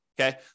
Okay